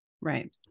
Right